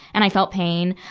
and i felt pain.